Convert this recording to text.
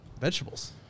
vegetables